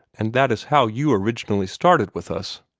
and that is how you originally started with us.